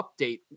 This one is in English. update